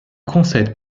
concède